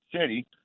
City